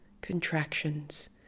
contractions